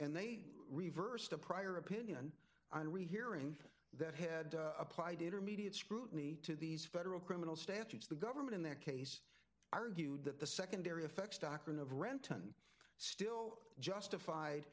and they reversed a prior opinion on rehearing that had applied intermediate scrutiny to these federal criminal statutes the government in that case argued that the secondary effects doctrine of renton still justified